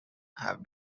have